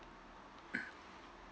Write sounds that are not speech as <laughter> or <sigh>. <coughs>